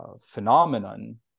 phenomenon